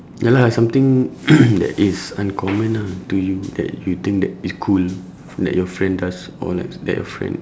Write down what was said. ya lah something that is uncommon ah to you that you think that it's cool like your friend does or like that your friend